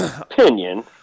opinion